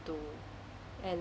to